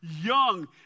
young